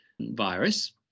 virus